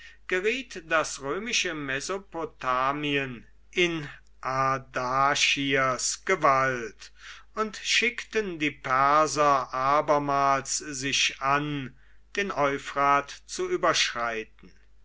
geriet das römische mesopotamien in ardaschirs gewalt und schickten die perser abermals sich an den euphrat zu überschreiten